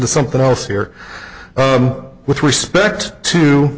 to something else here with respect to